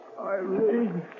Irene